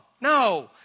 no